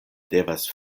devas